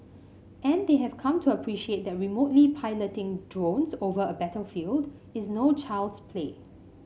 and they have come to appreciate that remotely piloting drones over a battlefield is no child's play